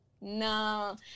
No